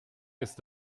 ist